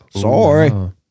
Sorry